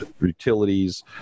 utilities